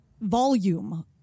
volume